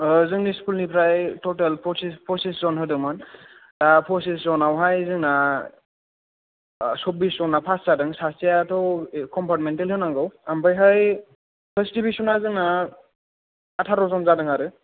जोंनि स्कुलनिफ्राय ततेल फसिस फसिस जन होदोंमोन फसिस जन आवहाय जोंना सब्बिस जना फास जादों सासे आथ' कन्फारमेनटेल होनांगौ आमफायहाय फार्स्थ दिभिसना जोंना आतार' जन जादों आरो